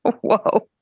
Whoa